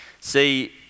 See